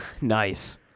Nice